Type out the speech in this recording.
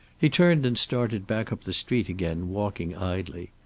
he turned and started back up the street again, walking idly.